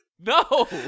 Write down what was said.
no